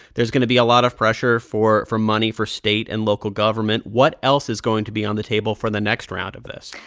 there's going to be a lot of pressure for more money for state and local government. what else is going to be on the table for the next round of this?